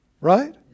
right